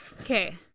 Okay